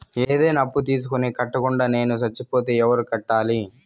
ఏదైనా అప్పు తీసుకొని కట్టకుండా నేను సచ్చిపోతే ఎవరు కట్టాలి?